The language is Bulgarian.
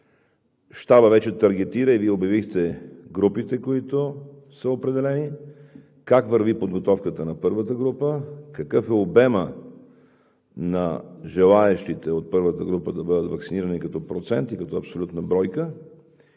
щабът вече таргетира, Вие обявихте вече групите, които са определени – как върви подготовката на първата група, какъв е обемът на желаещите от първата група да бъдат ваксинирани като процент и като абсолютна бройка?